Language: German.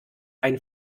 ein